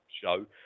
show